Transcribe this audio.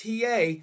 TA